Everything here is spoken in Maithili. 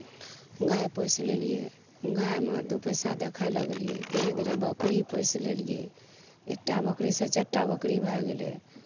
गाइ पोसि लेलिए गाइमे दुइ पइसा देखै लागलिए धीरे धीरे बकरी पोसि लेलिए एकटा बकरीसे चारि टा बकरी भए गेलै